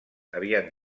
havien